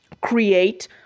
Create